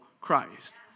Christ